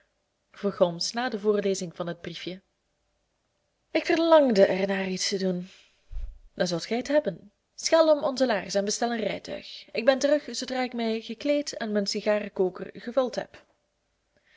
vroeg holmes na de voorlezing van dat briefje ik verlangde er naar iets te doen dan zult gij het hebben schel om onze laarzen en bestel een rijtuig ik ben terug zoodra ik mij gekleed en mijn sigarenkoker gevuld heb